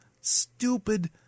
stupid